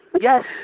Yes